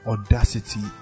Audacity